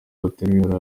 baterura